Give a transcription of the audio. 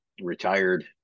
retired